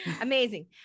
Amazing